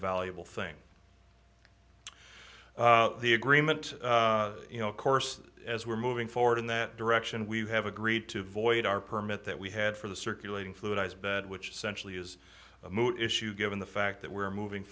valuable thing the agreement you know of course as we are moving forward in that direction we have agreed to void our permit that we had for the circulating flu dies but which centrally is a moot issue given the fact that we're moving